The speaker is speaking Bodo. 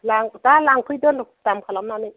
लां दा लांफैदो दाम खालामनानै